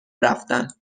رفتن